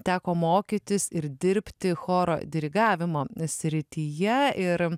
teko mokytis ir dirbti choro dirigavimo srityje ir